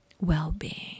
well-being